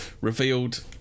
revealed